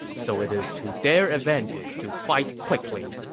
so it is to their advantage to fight quickly.